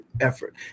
effort